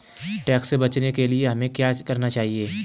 Tax से बचने के लिए हमें क्या करना चाहिए?